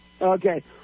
Okay